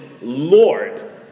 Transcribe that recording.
Lord